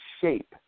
shape